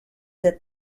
that